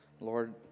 Lord